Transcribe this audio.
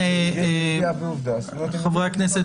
חברי הכנסת